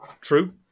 True